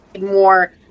more